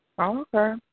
okay